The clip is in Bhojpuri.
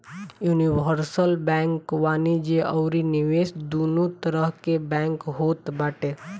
यूनिवर्सल बैंक वाणिज्य अउरी निवेश दूनो तरह के बैंक होत बाटे